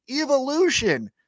Evolution